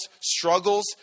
struggles